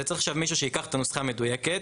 צריך מישהו שייקח את הנוסחה המדויקת,